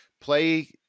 play